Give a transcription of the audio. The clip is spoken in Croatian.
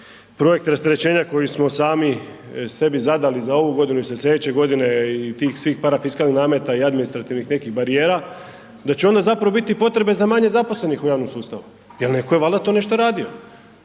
projekt rasterećenja koji smo sami sebi zadali za ovu godinu i za slijedeće godine i tih svih parafiskalnih nameta i administrativnih nekih barijera da će onda zapravo bit i potrebe za manje zaposlenih u javnom sustavu, jel neko je valda to nešto radio.